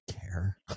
care